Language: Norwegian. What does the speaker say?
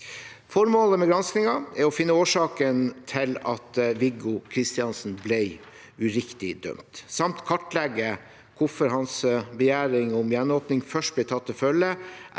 Formålet med granskingen er å finne årsaken til at Viggo Kristiansen ble uriktig dømt, kartlegge hvorfor hans begjæring om gjenåpning først ble tatt til følge